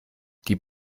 die